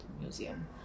museum